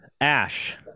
Ash